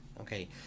Okay